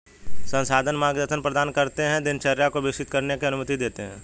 संस्थान मार्गदर्शन प्रदान करते है दिनचर्या को विकसित करने की अनुमति देते है